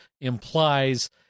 implies